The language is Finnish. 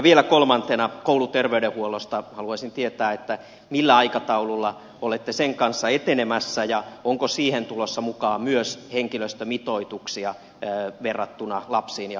vielä kolmantena kouluterveydenhuollosta haluaisin tietää millä aikataululla olette sen kanssa etenemässä ja onko siihen tulossa mukaan myös henkilöstömitoituksia verrattuna lapsiin ja nuoriin kouluissa